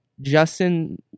Justin